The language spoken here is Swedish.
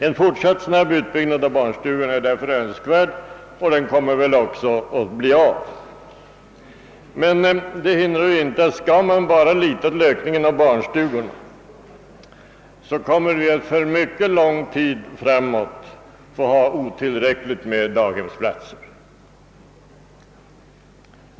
En fortsatt utbyggnad av barnstugorna är därför önskvärd, och den kommer väl också att bli av. Men skall man bara lita till ökningen av barnstugorna, kommer vi att för mycket lång tid framöver ha otillräckligt med barnhemsplatser.